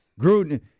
Gruden